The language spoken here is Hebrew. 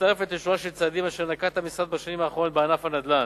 מצטרפת לשורה של צעדים אשר נקט המשרד בשנים האחרונות בענף הנדל"ן,